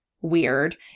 weird